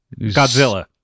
Godzilla